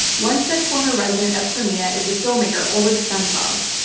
one such former resident of crimea is the filmmaker oleg sentsov.